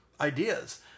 ideas